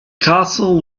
castle